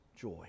joy